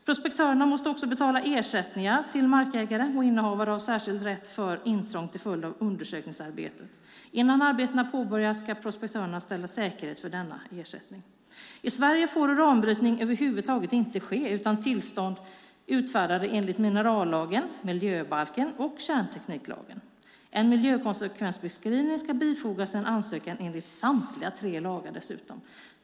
Prospektörerna måste också betala ersättning till markägare och innehavare av särskild rätt för intrång till följd av undersökningsarbetet. Innan arbetena påbörjas ska prospektörerna ställa säkerhet för denna ersättning. I Sverige får uranbrytning över huvud taget inte ske utan tillstånd utfärdade enligt minerallagen, miljöbalken och kärntekniklagen. En miljökonsekvensbeskrivning ska bifogas en ansökan enligt samtliga tre lagar.